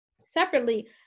separately